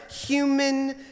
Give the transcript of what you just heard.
human